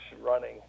running